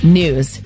news